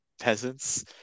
peasants